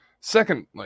Secondly